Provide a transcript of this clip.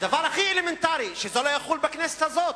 הדבר הכי אלמנטרי הוא שזה לא יחול בכנסת הזאת.